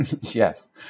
Yes